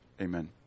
amen